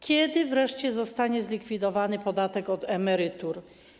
Kiedy wreszcie zostanie zlikwidowany podatek od emerytur?